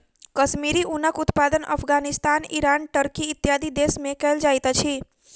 कश्मीरी ऊनक उत्पादन Afghanistan, Iran, Turkey, इत्यादि देश में कयल जाइत अछि